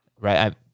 Right